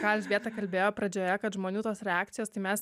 ką elžbieta kalbėjo pradžioje kad žmonių tos reakcijos tai mes